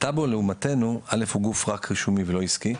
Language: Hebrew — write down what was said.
הטאבו לעומתנו, א', הוא גוף רק רישומי ולא עסקי.